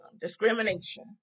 Discrimination